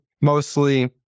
mostly